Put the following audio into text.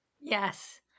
Yes